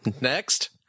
Next